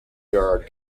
yard